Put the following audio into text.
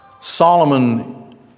Solomon